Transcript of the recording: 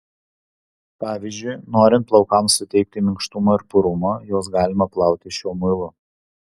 pavyzdžiui norint plaukams suteikti minkštumo ir purumo juos galima plauti šiuo muilu